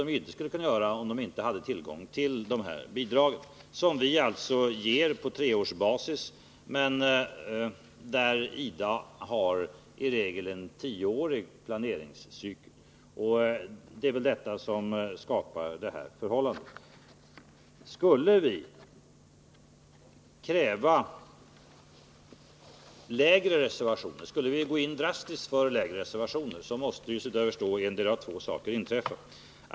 Det skulle de inte kunna göra, om de inte hade tillgång till våra bidragsutfästelser. Dessa görs på treårsbasis, medan IDA:s planeringscykel ofta omfattar upp till tio år. Det är väl detta som skapar det här förhållandet. Skulle vi drastiskt gå in för lägre reservationer, måste, såvitt jag förstår, en av två saker inträffa.